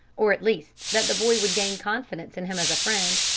or, at least, that the boy would gain confidence in him as a friend.